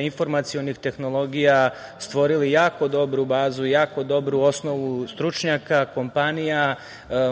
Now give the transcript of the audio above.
informacionih tehnologija stvorili jako dobru bazu i jako dobru osnovu stručnjaka kompanija,